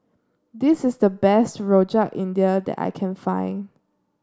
this is the best Rojak India that I can find